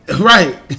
Right